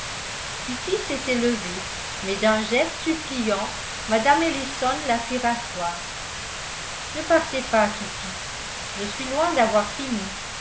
s'était levée mais d'un geste suppliant mme ellison la fit rasseoir ne partez pas kitty je suis loin d'avoir fini